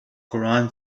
quran